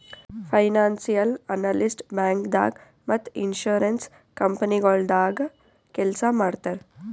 financial analyst ಬ್ಯಾಂಕ್ದಾಗ್ ಮತ್ತ್ insurance ಕಂಪನಿಗೊಳ್ದಾಗ ಕೆಲ್ಸ್ ಮಾಡ್ತರ್